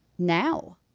now